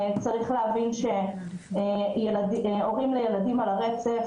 צריך להבין שהורים לילדים על הרצף,